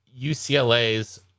UCLA's